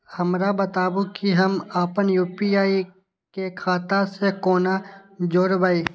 हमरा बताबु की हम आपन यू.पी.आई के खाता से कोना जोरबै?